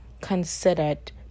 considered